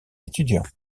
étudiants